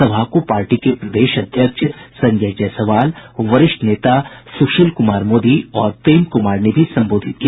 सभा को पार्टी के प्रदेश अध्यक्ष संजय जायसवाल वरिष्ठ नेता सुशील कुमार मोदी और प्रेम कुमार ने भी संबोधित किया